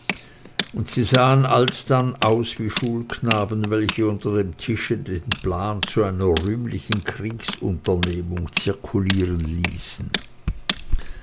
und sie sahen alsdann aus wie schulknaben welche unter dem tische den plan zu einer rühmlichen kriegsunternehmung zirkulieren lassen